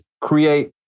create